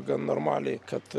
gan normaliai kad